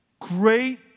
Great